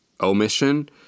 omission